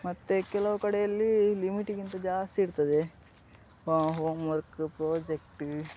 ಮತ್ತು ಕೆಲವು ಕಡೆಯಲ್ಲಿ ಲಿಮಿಟಿಗಿಂತ ಜಾಸ್ತಿ ಇರ್ತದೆ ಹೋಮ್ ವರ್ಕ ಪ್ರಾಜೆಕ್ಟ